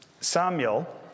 Samuel